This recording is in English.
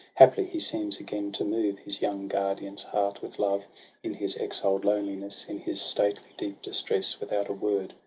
haply he seems again to move his young guardian's heart with love in his exiled loneliness, in his stately, deep distress. without a word,